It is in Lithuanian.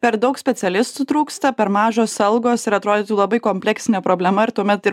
per daug specialistų trūksta per mažos algos ir atrodytų labai kompleksinė problema ir tuomet ir